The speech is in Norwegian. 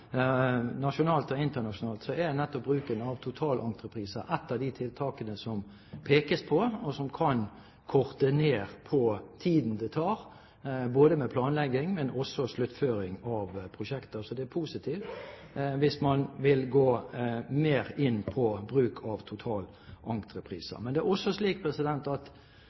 internasjonalt, er nettopp bruken av totalentrepriser et av de tiltakene som det pekes på som kan korte ned på tiden det tar, ikke bare med planlegging, men også sluttføring av prosjekter. Så det er positivt hvis man vil gå mer inn på bruk av totalentrepriser. Men det er også slik at